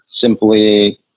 simply